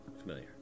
familiar